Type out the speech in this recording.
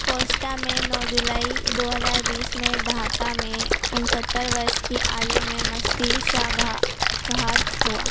Costa में नौ जुलाई दो हज़ार बीस में ढाका में उनहत्तर वर्ष की आयु में मस्तिष्काघात हुआ